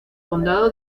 condado